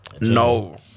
No